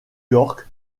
york